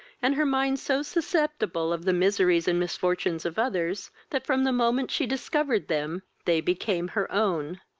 and her mind so susceptible of the miseries and misfortunes of others, that, from the moment she discovered them, they became her own.